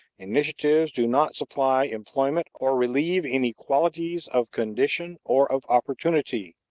initiatives do not supply employment or relieve inequalities of condition or of opportunity.